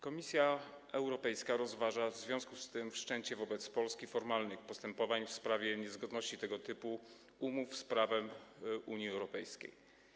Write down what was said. Komisja Europejska rozważa w związku z tym wszczęcie wobec Polski formalnych postępowań w sprawie niezgodności tego typu umów z prawem Unii Europejskiej.